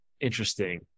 Interesting